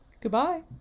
goodbye